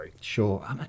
sure